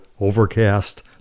Overcast